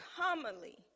commonly